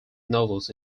novels